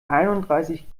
einunddreißig